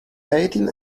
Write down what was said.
eighteen